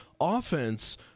offense